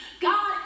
God